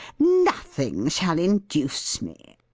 nothing shall induce me!